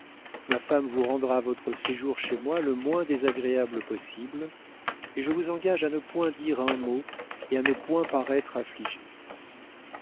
ma femme vous rendra votre séjour chez moi le moins désagréable possible et je vous engage à ne point dire un mot et à ne point paraître affligée